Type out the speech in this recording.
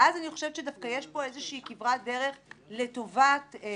ואז אני חושבת שדווקא יש פה איזושהי כברת דרך לטובת התקנות.